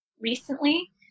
recently